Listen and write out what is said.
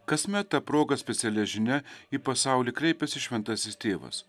kasmet ta proga specialia žinia į pasaulį kreipiasi šventasis tėvas